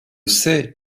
sait